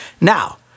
Now